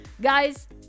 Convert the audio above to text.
Guys